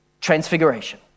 Transfiguration